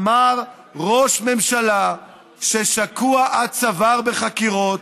הוא אמר: "ראש ממשלה ששקוע עד צוואר בחקירות,